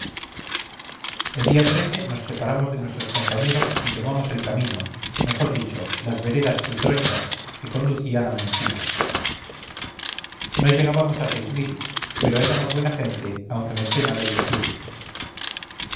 el día nos separamos de nuestros compañeros y tomamos el camino mejor dicho las veredas y trochas que conducían a mengíbar no llegábamos a seis mil pero éramos buena gente aunque me esté mal el decirlo